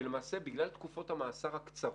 שלמעשה בגלל תקופות המאסר הקצרות,